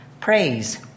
praise